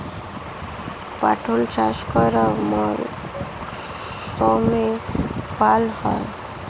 পটল চাষ কোন মরশুমে ভাল হয়?